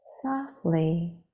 Softly